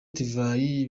divayi